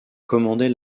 commandait